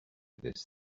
this